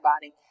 body